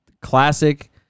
classic